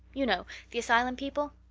you know the asylum people.